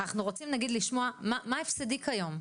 אנחנו רוצים נגיד לשמוע מה הפסדי כיום.